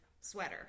sweater